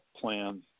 plan